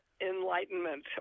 enlightenment